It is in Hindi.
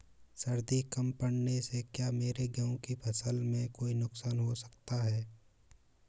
सर्दी कम पड़ने से क्या मेरे गेहूँ की फसल में कोई नुकसान हो सकता है?